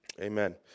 Amen